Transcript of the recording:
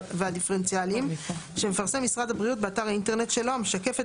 והדיפרנציאליים שמפרסם משרד הבריאות באתר האינטרנט שלו המשקפת